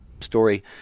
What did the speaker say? story